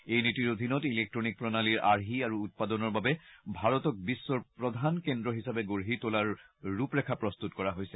এই নীতিৰ অধীনত ইলেকট্নিক প্ৰণালীৰ আৰ্হি আৰু উৎপাদনৰ বাবে ভাৰতক বিশ্বৰ প্ৰধান কেন্দ্ৰ হিচাপে গঢ়ি তোলাৰ ৰূপৰেখা প্ৰস্তত কৰা হৈছে